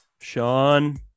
Sean